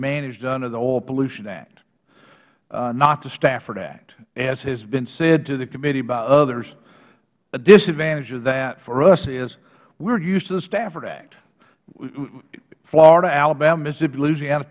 managed under the oil pollution act not the stafford act as has been said to the committee by others a disadvantage of that for us is we are used to the stafford act florida alabama mississippi louisiana